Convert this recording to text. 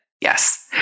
Yes